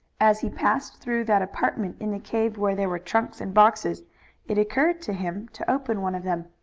as he passed through that apartment in the cave where there were trunks and boxes it occurred to him to open one of them.